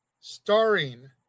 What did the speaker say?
starring